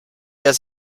has